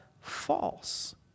false